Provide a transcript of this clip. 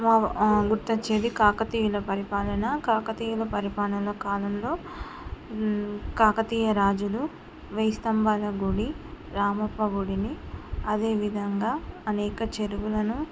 వా గుర్తొచ్చేది కాకతీయుల పరిపాలన కాకతీయుల పరిపాలన కాలంలో కాకతీయ రాజులు వెయ్యి స్తంభాల గుడి రామప్ప గుడిని అదేవిధంగా అనేక చెరువులను